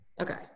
Okay